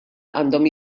għandhom